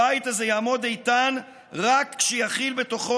הבית הזה יעמוד איתן רק כשיכיל בתוכו